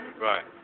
Right